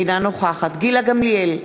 אינה נוכחת גילה גמליאל,